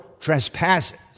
trespasses